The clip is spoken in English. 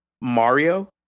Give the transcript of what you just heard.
Mario